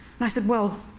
and i said, well,